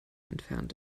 entfernt